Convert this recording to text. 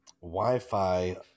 Wi-Fi